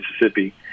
Mississippi